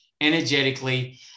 energetically